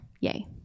Yay